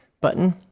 button